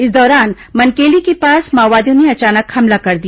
इस दौरान मनकेली के पास माओवादियों ने अचानक हमला कर दिया